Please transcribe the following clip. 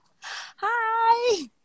Hi